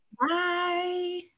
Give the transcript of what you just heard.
Bye